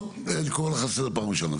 אני קורא לך לסדר פעם ראשונה.